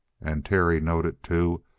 and terry noted, too,